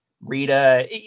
rita